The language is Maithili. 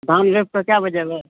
साँझमे कए बजे एबै